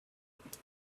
egypt